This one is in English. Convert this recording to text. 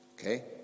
Okay